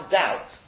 doubt